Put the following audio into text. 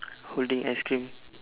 holding ice cream